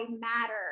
matter